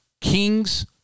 kings